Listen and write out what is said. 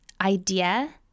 idea